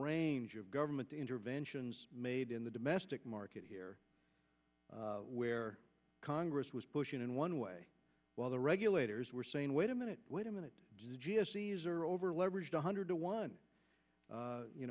range of government interventions made in the domestic market here where congress was pushing in one way while the regulators were saying wait a minute wait a minute or over leveraged one hundred to one